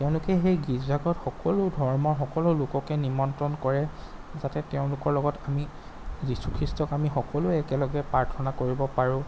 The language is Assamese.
তেওঁলোকে সেই গীৰ্জাঘৰত সকলো ধৰ্মৰ সকলো লোককে নিমন্ত্ৰণ কৰে যাতে তেওঁলোকৰ লগত আমি যীচুখ্ৰীষ্টক আমি সকলোৱে একেলগে প্ৰাৰ্থনা কৰিব পাৰোঁ